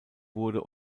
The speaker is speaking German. wurde